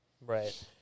right